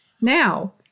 Now